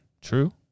True